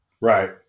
Right